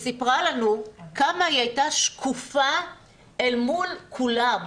וסיפרה לנו כמה היא הייתה שקופה אל מול כולם,